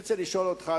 אני רוצה לשאול אותך,